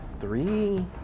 Three